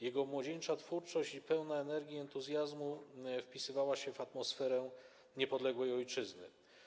Jego młodzieńcza twórczość, pełna energii i entuzjazmu, wpisywała się w atmosferę niepodległej ojczyzny.